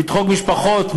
לדחוק משפחות,